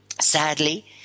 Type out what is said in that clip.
Sadly